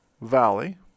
valley